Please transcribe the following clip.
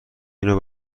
اینو